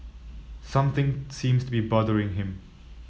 something seems to be bothering him